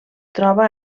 troba